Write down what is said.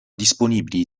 disponibili